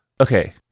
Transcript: Okay